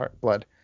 blood